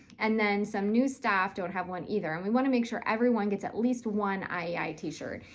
and then some new staff don't have one either, and we want to make sure everyone gets at least one iei t-shirt.